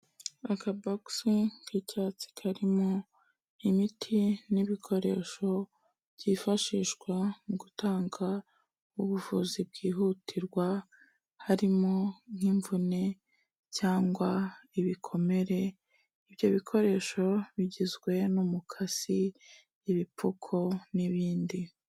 Aka box k'icyatsi karimo imiti n'ibikoresho byifashishwa mu gutanga ubuvuzi bwihutirwa harimo nk'imvune cyangwa ibikomere, ibyo bikoresho bigizwe n'umukasi, ibipfuko n'ibindi.